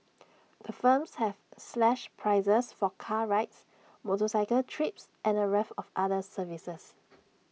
the firms have slashed prices for car rides motorcycle trips and A raft of other services